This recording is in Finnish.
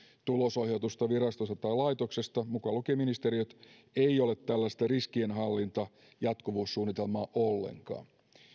tulosohjatusta virastosta tai laitoksesta mukaan lukien ministeriöt ei ole tällaista riskienhallinta tai jatkuvuussuunnitelmaa ollenkaan